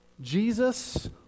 Jesus